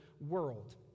world